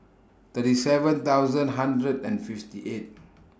thirty seven thousand hundred and fifty eight